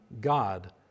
God